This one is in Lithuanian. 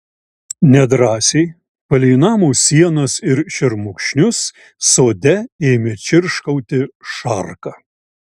nedrąsiai palei namo sienas ir šermukšnius sode ėmė čirškauti šarka